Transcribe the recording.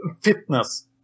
fitness